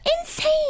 Insane